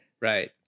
Right